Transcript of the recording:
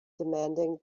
demanding